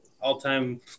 all-time